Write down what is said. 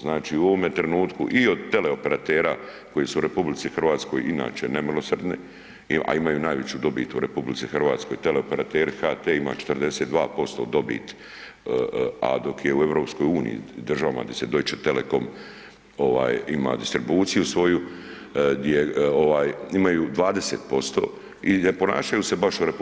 Znači u ovome trenutku i od teleoperatera koji su u RH inače nemilosrdni, a imaju najveću dobit u RH, teleoperateri HT ima 42% dobit, a dok je u EU, državama gdje se Deutsche Telecom ovaj ima distribuciju svoju, gdje ovaj imaju 20% i ne ponašaju se baš u RH